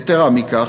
יתרה מכך,